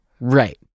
Right